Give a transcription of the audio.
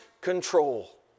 control